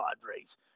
Padres